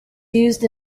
used